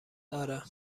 آره